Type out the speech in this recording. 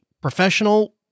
professional